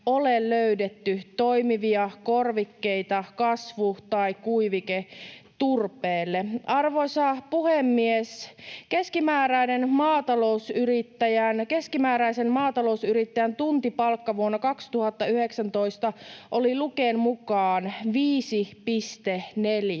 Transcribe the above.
ole löydetty toimivia korvikkeita kasvu- tai kuiviketurpeelle. Arvoisa puhemies! Keskimääräisen maatalousyrittäjän tuntipalkka vuonna 2019 oli Luken mukaan 5,4